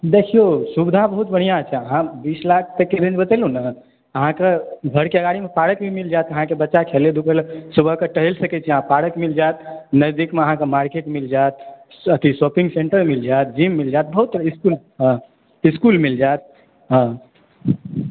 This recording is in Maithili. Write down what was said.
देखियौ सुविधा बहुत बढिऑं छै अहाँके बीस लाख तक रेंज बतेलहुॅं ने अहाँके घर के अगारी मे सारा चीज मिल जायत अहाँके बच्चाके खेलै धूपै लय सुबह कऽ टहैल सकै छी अहाँ पार्क मिल जायत नजदीक मे अहाँके मार्केट मिल जायत शौपिंग सेंटर मिल जायत जीम मिल जायत बहुत सब इसकुल मिल जायत